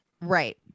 Right